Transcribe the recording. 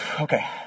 okay